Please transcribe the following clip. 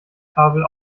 kabel